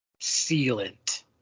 Sealant